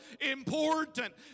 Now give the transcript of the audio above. important